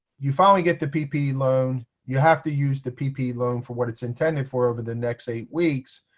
you finally get the ppp loan. you have to use the ppp loan for what it's intended for over the next eight weeks.